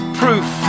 proof